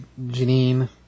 Janine